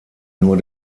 nur